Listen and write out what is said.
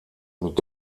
mit